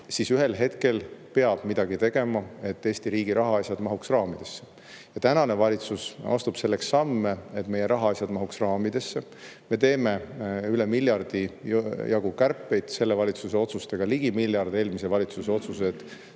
siis ühel hetkel peab midagi tegema, et Eesti riigi rahaasjad mahuksid raamidesse, ja praegune valitsus astub selleks samme, et meie rahaasjad mahuksid raamidesse. Me teeme üle miljardi jagu kärpeid – selle valitsuse otsustega ligi miljardi ulatuses, eelmise valitsuse otsused